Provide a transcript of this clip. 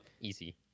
easy